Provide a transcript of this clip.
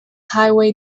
highway